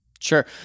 Sure